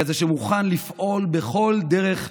כזה שמוכן לפעול בכל דרך,